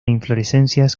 inflorescencias